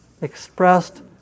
expressed